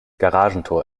garagentor